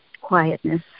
quietness